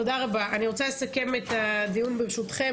אני רוצה לסכם את הדיון, ברשותכם.